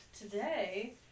today